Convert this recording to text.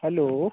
hello